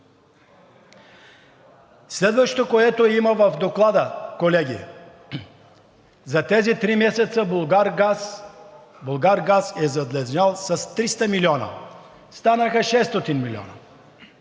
Следващото, което има в Доклада, колеги, за тези три месеца „Булгаргаз“ е задлъжнял с 300 милиона – станаха 600 милиона.